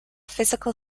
physical